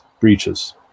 breaches